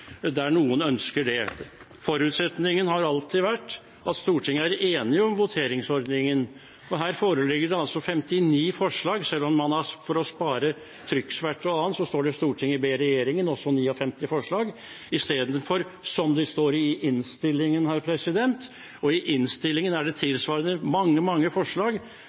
der noen ønsker det. Forutsetningen har alltid vært at Stortinget er enig om voteringsordningen. Her foreligger det altså 59 forslag, men for å spare trykksverte og annet står det «Stortinget ber regjeringen», og så kommer det 59 forslag – istedenfor slik det står i innstillingen. I innstillingen er det tilsvarende mange forslag, men der har man, i stedet for å ramse opp en hel haug av forslag